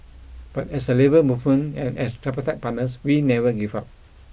but as a labour movement and as tripartite partners we never give up